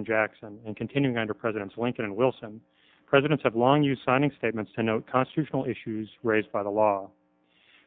and jackson and continuing under presidents lincoln and wilson presidents have long used signing statements to note constitutional issues raised by the law